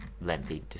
lengthy